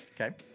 Okay